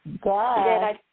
God